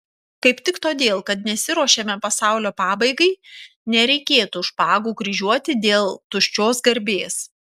kaip tik todėl kad nesiruošiame pasaulio pabaigai nereikėtų špagų kryžiuoti dėl tuščios garbės